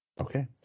okay